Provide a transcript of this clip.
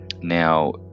Now